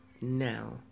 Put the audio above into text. now